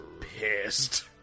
pissed